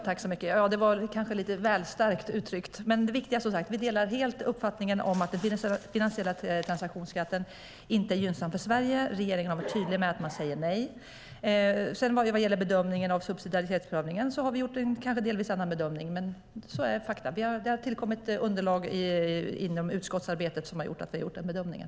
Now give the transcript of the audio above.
Herr talman! Det var kanske lite väl starkt uttryckt. Men det viktiga är, som sagt, att vi helt delar uppfattningen att den finansiella transaktionsskatten inte är gynnsam för Sverige. Regeringen har varit tydlig med att man säger nej. Vad gäller bedömningen av subsidiaritetsprövningen har vi kanske gjort en delvis annan bedömning. Men så är fakta. Det har tillkommit underlag i utskottsarbetet som har gjort att vi har gjort den bedömningen.